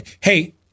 Hey